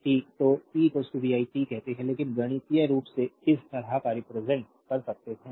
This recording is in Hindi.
तो पी vi टी कहते हैं लेकिन गणितीय रूप से इस तरह का रिप्रेजेंट कर सकते हैं